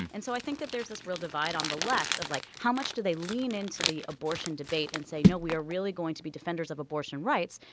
and so i think that there's this real divide on the left of, like, how much do they lean into the abortion debate and say, no, we are really going to be defenders of abortion rights,